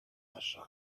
aside